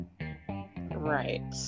Right